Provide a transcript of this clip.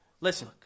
Listen